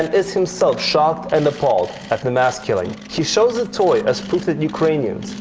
and is himself shocked and appalled at the mass killing. he shows the toy as proof that ukrainians,